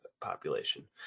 population